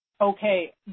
Okay